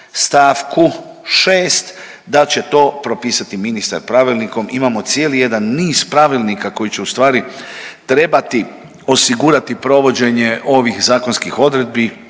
stavku 6. da li će to propisati ministar pravilnikom. Imamo cijeli jedan niz pravilnika koji će u stvari trebati osigurati provođenje ovih zakonskih odredbi